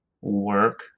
work